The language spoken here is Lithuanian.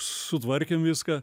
sutvarkėm viską